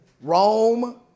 Rome